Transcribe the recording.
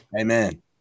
Amen